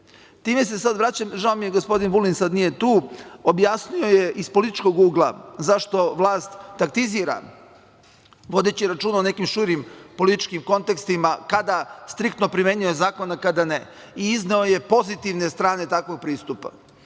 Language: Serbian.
se sada vraćam, žao mi je gospodin Vulin sada nije tu objasnio je iz političkog ugla zašto vlast taktizira vodeći računa o nekim šturim političkim kontekstima kada striktno primenjuje zakon, a kada ne, i izneo je pozitivne strane takvog pristupa.Međutim,